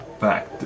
back